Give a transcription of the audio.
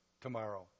tomorrow